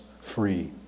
free